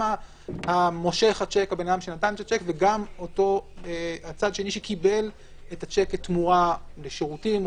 גם נותן השיק וגם הצד השני שקיבל את השיק כתמורה לשירותים,